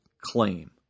claim